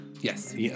Yes